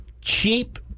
cheap